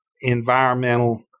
environmental